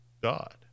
God